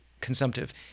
consumptive